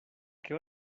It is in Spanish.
qué